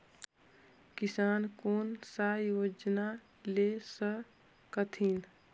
किसान कोन सा योजना ले स कथीन?